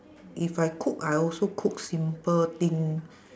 if I cook I also cook simple thing